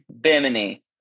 bimini